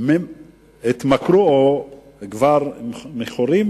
התמכרו או כבר מכורים